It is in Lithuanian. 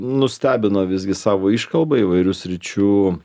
nustebino visgi savo iškalba įvairių sričių